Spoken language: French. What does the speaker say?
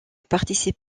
participe